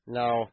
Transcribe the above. now